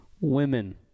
women